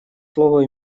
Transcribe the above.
слово